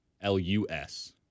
L-U-S